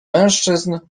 mężczyzn